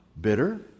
bitter